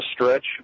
stretch